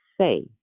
say